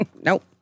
Nope